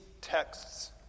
texts